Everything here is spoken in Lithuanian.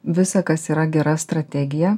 visa kas yra gera strategija